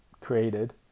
Created